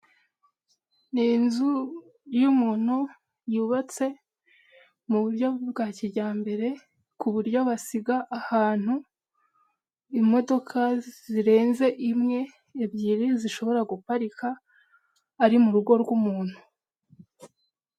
Ni inzu yumuntu yubatse mu buryo bwa kijyambere, ku buryo basiga ahantu imodoka zirenze imwe ebyiri zishobora guparika ari mu rugo rw'umuntu.